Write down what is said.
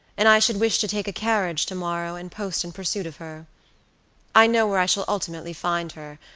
and i should wish to take a carriage tomorrow, and post in pursuit of her i know where i shall ultimately find her,